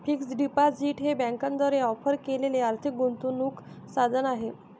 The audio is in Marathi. फिक्स्ड डिपॉझिट हे बँकांद्वारे ऑफर केलेले आर्थिक गुंतवणूक साधन आहे